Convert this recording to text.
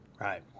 Right